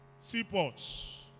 seaports